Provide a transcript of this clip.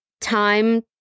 time